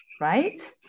right